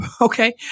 Okay